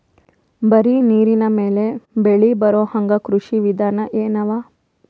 ಬರೀ ನೀರಿನ ಮೇಲೆ ಬೆಳಿ ಬರೊಹಂಗ ಕೃಷಿ ವಿಧಾನ ಎನವ?